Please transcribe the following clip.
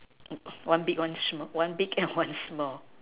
one big one small one big and one small